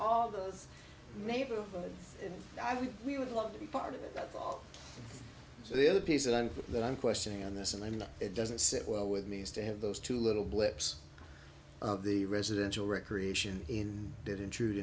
all those neighborhoods i mean we would love to be part of it that's all so the other piece on that i'm questioning on this and i mean it doesn't sit well with me is to have those two little blips of the residential recreation in did intrude